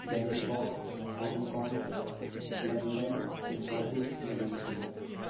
Bangkok Hong Kong London Singapore Malaysia